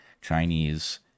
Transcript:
Chinese